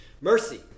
Mercy